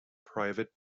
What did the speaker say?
private